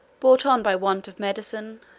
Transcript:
brought on by want of medicine,